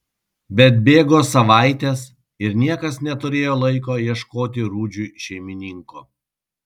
bet bėgo savaitės ir niekas neturėjo laiko ieškoti rudžiui šeimininko